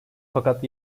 fakat